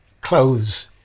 clothes